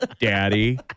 daddy